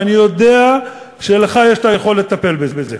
ואני יודע שיש לך את היכולת לטפל בזה.